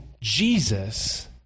Jesus